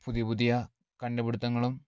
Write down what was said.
പുതിയ പുതിയ കണ്ടുപിടുത്തങ്ങളും